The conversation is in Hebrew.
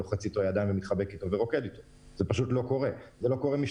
זה לא קורה כי